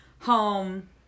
home